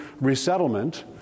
Resettlement